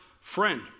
friend